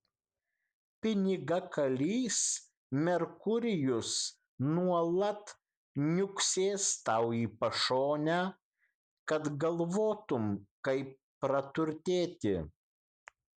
pinigakalys merkurijus nuolat niuksės tau į pašonę kad galvotum kaip praturtėti